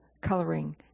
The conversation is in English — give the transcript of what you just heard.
coloring